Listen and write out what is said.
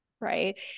Right